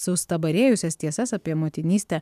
sustabarėjusias tiesas apie motinystę